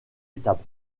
étape